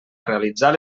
realitzar